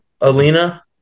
Alina